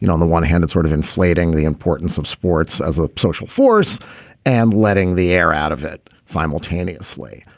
you know on the one hand it's sort of inflating the importance of sports as a social force and letting the air out of it simultaneously.